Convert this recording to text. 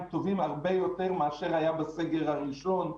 טובים הרבה יותר מאשר היה בסגר הראשון.